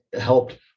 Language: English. helped